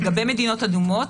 לגבי מדינות אדומות,